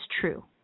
true